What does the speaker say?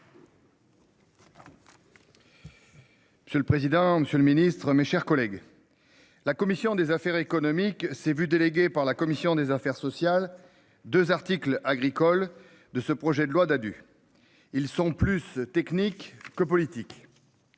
C'est le président, Monsieur le Ministre, mes chers collègues. La commission des affaires économiques s'est vu délégué par la commission des affaires sociales. 2 articles agricole de ce projet de loi du. Ils sont plus technique que politique.